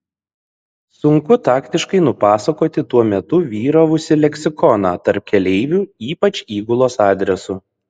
sunku taktiškai nupasakoti tuo metu vyravusį leksikoną tarp keleivių ypač įgulos adresu